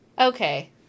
Okay